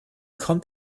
kommt